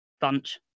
bunch